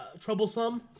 troublesome